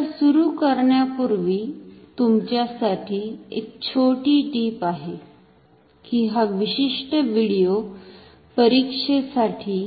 तर सुरू करण्यापूर्वी तुमच्यासाठी एक छोटी टीप आहे की हा विशिष्ट व्हिडीओ परीक्षेसाठी